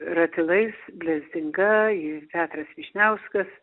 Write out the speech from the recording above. ratilais blezdinga ir petras vyšniauskas